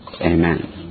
Amen